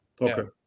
Okay